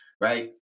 right